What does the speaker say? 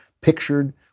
pictured